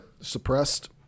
Suppressed